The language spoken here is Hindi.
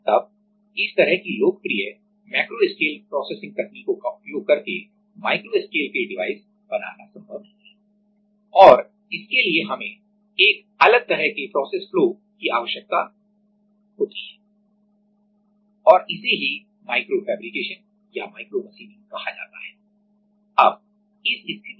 तब इस तरह की लोकप्रिय मैक्रो स्केल प्रोसेसिंग तकनीकों का उपयोग करके माइक्रोस्केल के डिवाइस बनाना संभव नहीं है और इसके लिए हमें एक अलग तरह के प्रोसेस फ्लो के उपयोग की आवश्यकता होती है और इसे ही माइक्रोफैब्रिकेशन या micro machining microfabrication or micro machining कहा जाता है